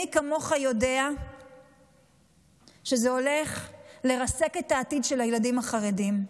מי כמוך יודע שזה הולך לרסק את העתיד של הילדים החרדים.